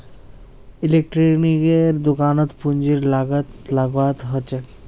इलेक्ट्रॉनिक्सेर दुकानत पूंजीर लागत लाखत ह छेक